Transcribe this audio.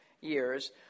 years